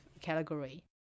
category